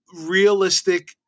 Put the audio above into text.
realistic